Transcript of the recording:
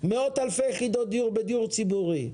להעמיד מאות אלפי יחידות דיור בדיור ציבורי,